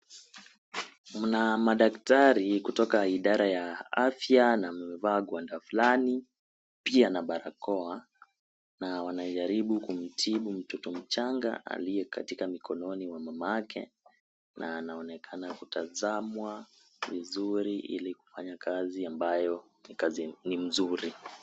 Mna madaktari kutoka idara ya afya na amevaaa gwanda fulani pia na barakoa na wanajaribu kumtibu mtoto mchanga aliye katika mikononi mwa mamake na anaonekana kutazamwa vizuri ili kufanya kazi ambayo ni mzuri.